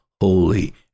holy